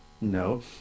No